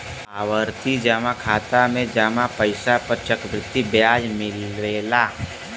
आवर्ती जमा खाता में जमा पइसा पर चक्रवृद्धि ब्याज मिलला